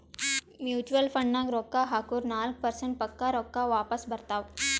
mutual ಫಂಡ್ನಾಗ್ ರೊಕ್ಕಾ ಹಾಕುರ್ ನಾಲ್ಕ ಪರ್ಸೆಂಟ್ರೆ ಪಕ್ಕಾ ರೊಕ್ಕಾ ವಾಪಸ್ ಬರ್ತಾವ್